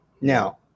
Now